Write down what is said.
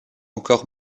encore